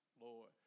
Lord